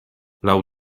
laŭ